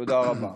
תודה רבה.